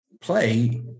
play